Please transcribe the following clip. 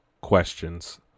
questions